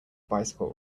bicycle